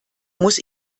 muss